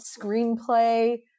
screenplay